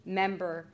member